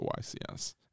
YCS